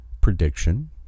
prediction